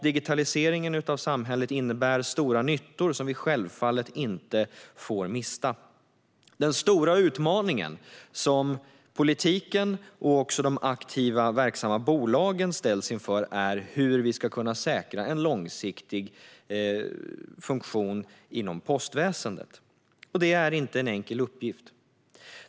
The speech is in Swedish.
Digitaliseringen av samhället innebär stora nyttor som vi självfallet inte får mista. Den stora utmaningen som politiken och de aktiva verksamma bolagen ställs inför är hur vi ska säkra en långsiktig funktion inom postväsendet. Det är inte en enkel uppgift.